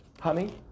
Honey